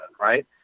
right